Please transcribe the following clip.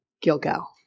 Gilgal